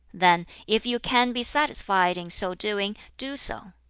then if you can be satisfied in so doing, do so.